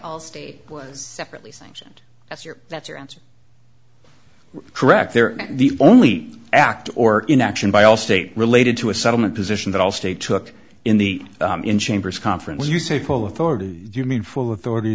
all state was separately sanctioned that's your that's your answer correct there the only act or inaction by allstate related to a settlement position that all state took in the in chambers conference you say full of authority you mean full authority